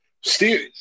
Steve